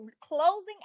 closing